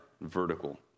vertical